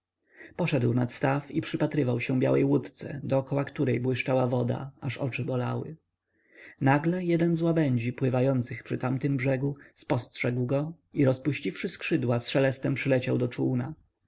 poszedł nad staw i przypatrywał się białej łódce dokoła której błyszczała woda aż oczy bolały nagle jeden z łabędzi pływających przy tamtym brzegu spostrzegł go i rozpuściwszy skrzydła z szelestem przyleciał do czółna i